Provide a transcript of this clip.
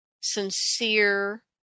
sincere